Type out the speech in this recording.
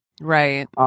Right